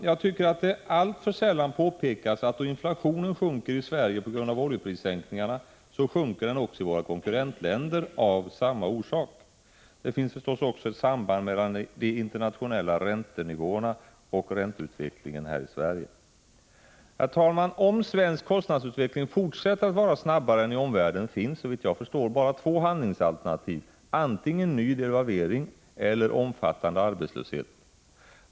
Jag tycker att det alltför sällan påpekas att då inflationen sjunker i Sverige på grund av oljeprissänkningarna, sjunker den också i våra konkurrentländer av samma orsak. Det finns förstås också ett samband mellan de internationella räntenivåerna och ränteutvecklingen i Sverige. Herr talman! Om svensk kostnadsutveckling fortsätter att vara snabbare än i omvärlden finns, såvitt jag förstår, bara två handlingsalternativ: antingen ny devalvering eller omfattande arbetslöshet.